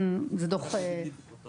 חוץ מזמני המתנה?